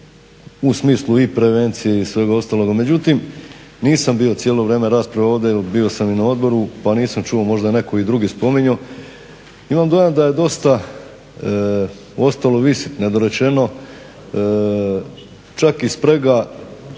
u smislu i prevencije i svega ostaloga. Međutim, nisam bio cijelo vrijeme rasprave ovdje, bio sam i na odboru, pa nisam čuo možda je i neko drugi spominjao. Imamo dojam da je dosta ostalo visit, nedorečeno, čak i sprega